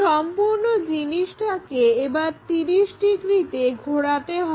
সম্পূর্ণ জিনিসটাকে এবার 30° ঘোরাতে হবে